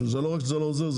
שזה לא רק שזה לא עוזר,